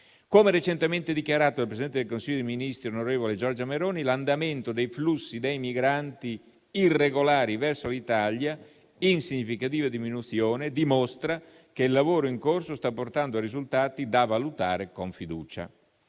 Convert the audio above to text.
Come recentemente dichiarato dal Presidente del Consiglio dei ministri, onorevole Giorgia Meloni, l'andamento dei flussi dei migranti irregolari verso l'Italia in significativa diminuzione dimostra che il lavoro in corso sta portando a risultati da valutare con fiducia.